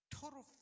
total